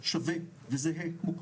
אני